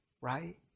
right